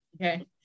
Okay